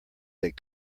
that